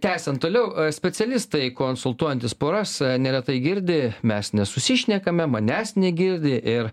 tęsiant toliau specialistai konsultuojantys poras neretai girdi mes nesusišnekame manęs negirdi ir